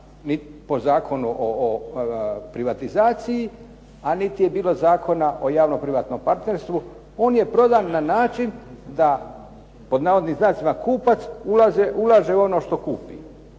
po Zakonu o privatizaciji a niti je bilo Zakona o javno privatnom partnerstvu. On je prodan na način da "kupac" ulaže u ono što kupi.